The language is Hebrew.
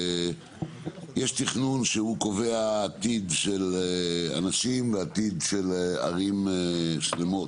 יש תכנון שהוא קובע עתיד של אנשים ועתיד של ערים שלמות,